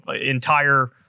entire